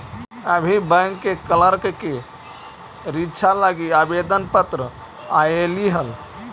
अभी बैंक के क्लर्क के रीक्षा लागी आवेदन पत्र आएलई हल